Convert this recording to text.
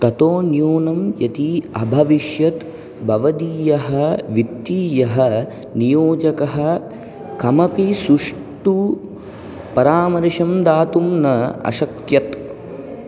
ततो न्यूनं यदि अभविष्यत् भवदीयः वित्तीयः नियोजकः कमपि सुष्ठु परामर्शं दातुं न अशक्ष्यत्